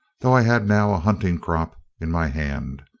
though i had now a hunting-crop in my hand.